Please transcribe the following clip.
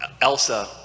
Elsa